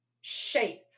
shape